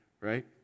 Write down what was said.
Right